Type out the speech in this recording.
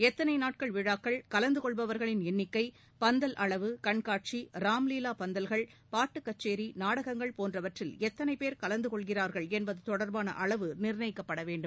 எத்தனை நாட்கள் விழாக்கள் கலந்து கொள்பவர்களின் எண்ணிக்கை பந்தல் அளவு கண்காட்சி ராம் லீலா பந்தல்கள் பாட்டு கச்கேரி நாடகங்கள் போன்றவற்றில் எத்தனை பேர் கலந்து கொள்கிறார்கள் என்பது தொடர்பாள அளவு நிர்ணயிக்கப்பட வேண்டும்